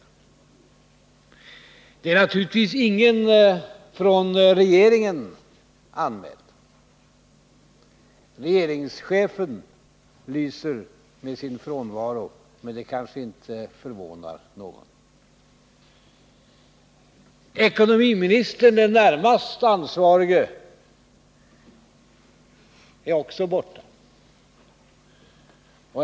Och det är naturligtvis ingen från regeringen anmäld. Regeringschefen lyser med sin frånvaro, men det kanske inte förvånar någon. Ekonomiministern, den närmast ansvarige, är också borta.